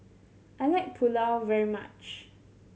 I like Pulao very much